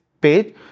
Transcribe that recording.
page